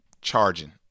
charging